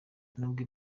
nubwo